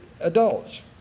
adults